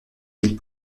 villes